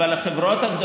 אבל החברות,